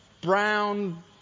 brown